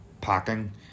packing